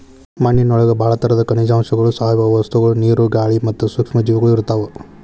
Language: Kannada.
ಮಣ್ಣಿನೊಳಗ ಬಾಳ ತರದ ಖನಿಜಾಂಶಗಳು, ಸಾವಯವ ವಸ್ತುಗಳು, ನೇರು, ಗಾಳಿ ಮತ್ತ ಸೂಕ್ಷ್ಮ ಜೇವಿಗಳು ಇರ್ತಾವ